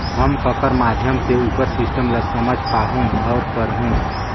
हम ककर माध्यम से उपर सिस्टम ला समझ पाहुं और करहूं?